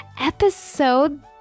episode